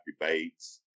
debates